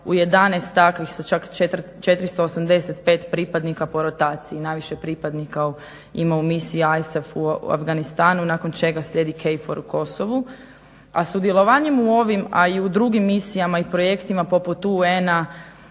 u 11 takvih, sa čak 485 pripadnika borotaciji, najviše pripadnika ima u misiji ISAF u Afganistanu, nakon čega slijedi KFOR u Kosovu. A sudjelovanjem u ovim, a i u drugim misijama i projektima poput UN-a,